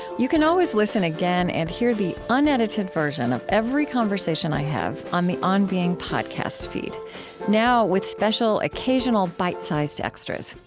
you can always listen again and hear the unedited version of every conversation i have on the on being podcast feed now with special, occasional bite-sized extras.